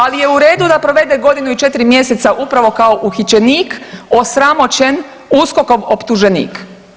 Ali je u redu da provede godinu i 4 mjeseca upravo kao uhićenik osramoćen USKOK-ov optuženik.